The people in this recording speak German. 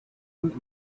und